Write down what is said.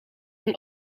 een